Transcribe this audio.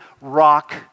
rock